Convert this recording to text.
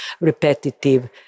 repetitive